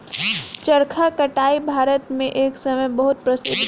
चरखा कताई भारत मे एक समय बहुत प्रसिद्ध रहे